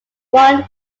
one